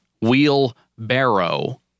wheelbarrow